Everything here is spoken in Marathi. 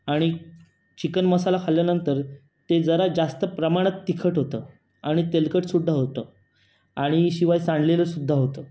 आणि चिकन मसाला खाल्ल्यानंतर ते जरा जास्त प्रमाणात तिखट होतं आणि तेलकटसुद्धा होतं आणि शिवाय सांडलेलंसुद्धा होतं